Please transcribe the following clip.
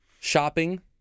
shopping